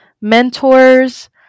Mentors